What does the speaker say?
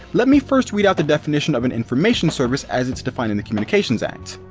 let me first read out the definition of an information service as its defined in the communications act.